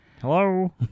Hello